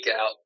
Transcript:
out